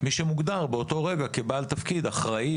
מי שמוגדר באותו רגע כבעל תפקיד: אחראי,